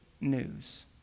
news